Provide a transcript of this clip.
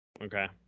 Okay